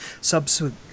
subsequent